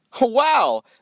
Wow